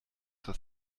zur